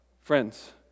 friends